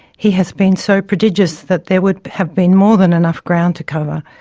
he has been so prodigious that there would have been more than enough ground to cover.